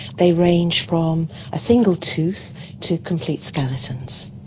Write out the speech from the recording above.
they range from a single tooth to complete skeletons.